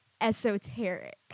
esoteric